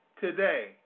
today